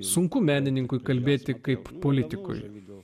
sunku menininkui kalbėti kaip politikui davidu